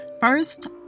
first